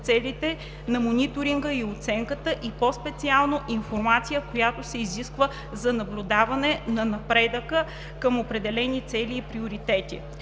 целите на мониторинга и оценката, и по-специално информация, която се изисква за наблюдаване на напредъка към определените цели и приоритети;